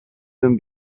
them